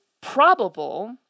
probable